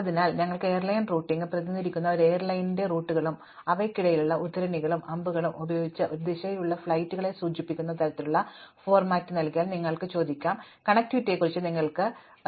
അതിനാൽ ഞങ്ങൾക്ക് airline routing ഉള്ളപ്പോൾ പ്രതിനിധീകരിക്കുന്ന ഒരു എയർലൈനിന്റെ റൂട്ടുകളും അവയ്ക്കിടയിലുള്ള ഉദ്ധരണികളും അമ്പുകളും ഉപയോഗിച്ച് ഒരു ദിശയിലുള്ള ഫ്ലൈറ്റുകളെ സൂചിപ്പിക്കുന്ന തരത്തിലുള്ള ഫോർമാറ്റ് നൽകിയാൽ നിങ്ങൾക്ക് ചോദിക്കാം കണക്റ്റിവിറ്റിയെക്കുറിച്ച് നിങ്ങൾക്ക് ചോദ്യങ്ങൾ ചോദിക്കാം